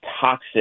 toxic